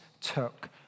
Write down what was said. took